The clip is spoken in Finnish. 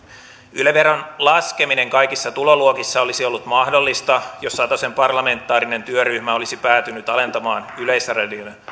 yle veron laskeminen kaikissa tuloluokissa olisi ollut mahdollista jos satosen parlamentaarinen työryhmä olisi päätynyt alentamaan yleisradion